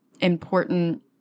important